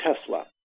Tesla